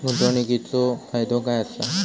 गुंतवणीचो फायदो काय असा?